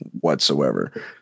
whatsoever